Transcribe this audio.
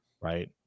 right